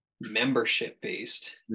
membership-based